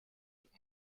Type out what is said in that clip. mit